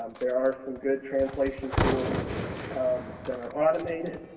um there are some good translation tools that are automated